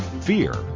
fear